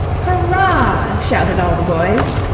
hurrah! shouted all the boys.